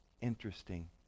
Interesting